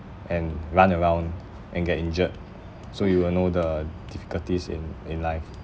and run around and get injured so you will know the difficulties in in life